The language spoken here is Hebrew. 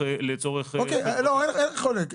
לא, אין חולק.